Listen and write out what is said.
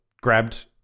grabbed